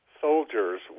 soldiers